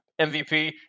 MVP